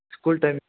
school time